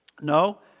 No